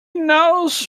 knows